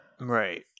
Right